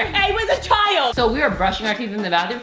i was a child! so we were brushing our teeth in the bathroom,